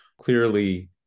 Clearly